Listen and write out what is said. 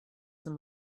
some